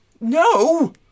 No